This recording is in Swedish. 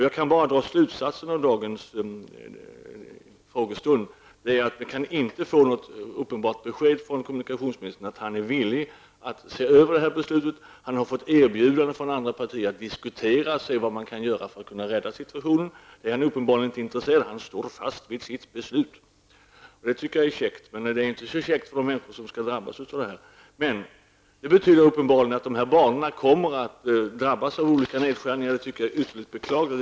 Jag kan av dagens frågestund bara dra den slutsatsen att jag inte kan få något klart besked från kommunikationsministern om att han är villig att se över det här beslutet. Han har fått erbjudanden från andra partier om att diskutera för att se vad man kan göra för att rädda situationen. Det är han uppenbarligen inte intresserad av. Han står fast vid sitt beslut. Det tycker jag är käckt, men det är inte så käckt för de människor som skall drabbas av det här. Det betyder uppenbarligen att de här banorna kommer att drabbas av olika nedskärningar -- det tycker jag är ytterligt beklagligt.